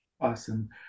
Awesome